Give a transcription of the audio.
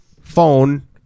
phone